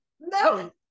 No